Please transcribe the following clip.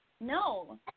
no